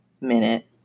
minute